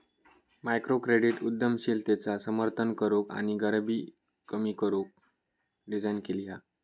microcredit उद्यमशीलतेचा समर्थन करूक आणि गरीबी कमी करू डिझाईन केली हा